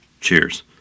Cheers